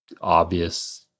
obvious